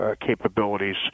capabilities